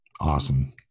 Awesome